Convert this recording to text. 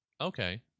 okay